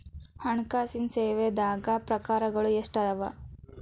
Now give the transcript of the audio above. ಹಣ್ಕಾಸಿನ್ ಸೇವಾದಾಗ್ ಪ್ರಕಾರ್ಗಳು ಎಷ್ಟ್ ಅವ?